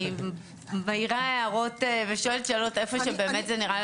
אני מעירה הערות ושואלת שאלות איפה שבאמת זה נראה לנו נחוץ.